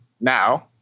now